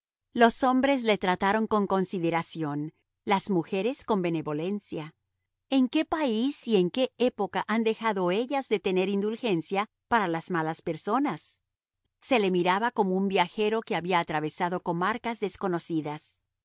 los hombres le trataron con consideración las mujeres con benevolencia en qué país y en qué época han dejado ellas de tener indulgencia para las malas personas se le miraba como un viajero que había atravesado comarcas desconocidas